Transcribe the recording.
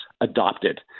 adopted